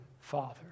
Father